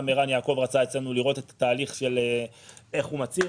גם ערן יעקב רצה לראות אצלנו את התהליך איך הוא מצהיר.